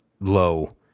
low